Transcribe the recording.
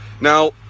Now